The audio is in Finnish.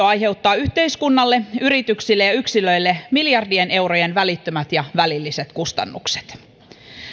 aiheuttaa yhteiskunnalle yrityksille ja yksilöille miljardien eurojen välittömät ja välilliset kustannukset